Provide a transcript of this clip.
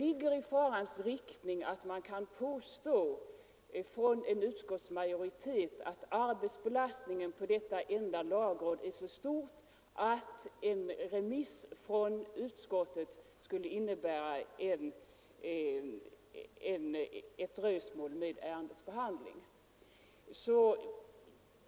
I denna situation är det fara för att en utskottsmajoritet skall finna arbetsbelastningen på detta enda lagråd vara så stor att en remiss från utskottet skulle medföra ett dröjsmål med ärendets behandling.